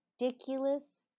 ridiculous